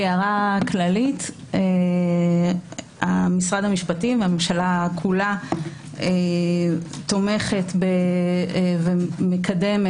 כהערה כללית משרד המשפטים והממשלה כולה תומכת ומקדמת